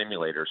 simulators